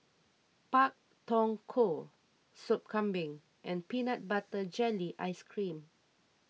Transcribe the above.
Pak Thong Ko Soup Kambing and Peanut Butter Jelly Ice Cream